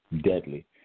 deadly